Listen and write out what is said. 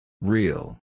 Real